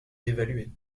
évaluer